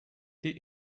tea